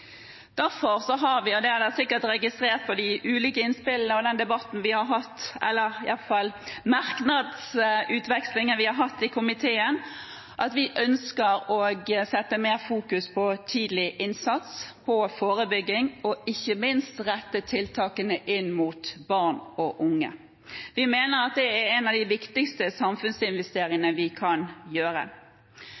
Derfor ønsker vi, og det har man sikkert registrert etter de ulike innspillene og den debatten vi har hatt – i alle fall i merknadsutvekslingen vi har hatt i komiteen – å fokusere mer på tidlig innsats, på forebygging og ikke minst på å rette tiltakene inn mot barn og unge. Vi mener at det er en av de viktigste